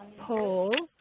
poll.